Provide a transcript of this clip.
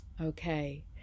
Okay